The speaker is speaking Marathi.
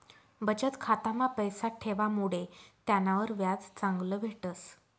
बचत खाता मा पैसा ठेवामुडे त्यानावर व्याज चांगलं भेटस